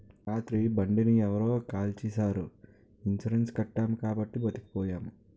రాత్రి బండిని ఎవరో కాల్చీసారు ఇన్సూరెన్సు కట్టాము కాబట్టి బతికిపోయాము